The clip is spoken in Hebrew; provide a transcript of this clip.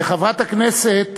חברת הכנסת